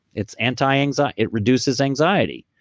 it's anti-anxiety, it reduces anxiety.